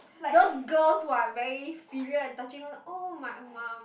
those girls who are very filial and touching oh my mum